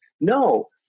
No